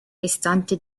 restante